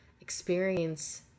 experience